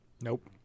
Nope